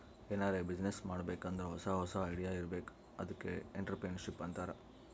ಎನಾರೇ ಬಿಸಿನ್ನೆಸ್ ಮಾಡ್ಬೇಕ್ ಅಂದುರ್ ಹೊಸಾ ಹೊಸಾ ಐಡಿಯಾ ಇರ್ಬೇಕ್ ಅದ್ಕೆ ಎಂಟ್ರರ್ಪ್ರಿನರ್ಶಿಪ್ ಅಂತಾರ್